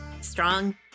strong